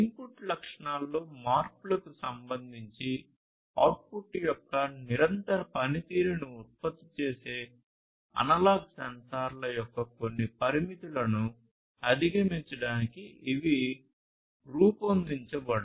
input లక్షణాలలో మార్పులకు సంబంధించి అవుట్పుట్ యొక్క నిరంతర పనితీరును ఉత్పత్తి చేసే అనలాగ్ సెన్సార్ల యొక్క కొన్ని పరిమితులను అధిగమించడానికి ఇవి రూపొందించబడ్డాయి